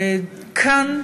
כאן,